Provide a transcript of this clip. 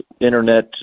Internet